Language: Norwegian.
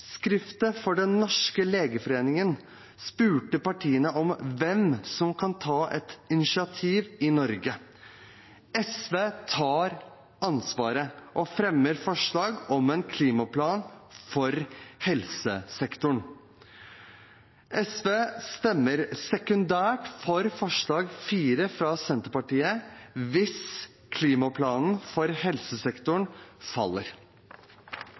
for Den norske legeforening spurte partiene om hvem som kan ta et initiativ i Norge. SV tar ansvaret og fremmer, sammen med Arbeiderpartiet, forslag om en klimaplan for helsesektoren. SV stemmer sekundært for forslag nr. 4, fra Senterpartiet, hvis forslaget om klimaplanen for helsesektoren faller.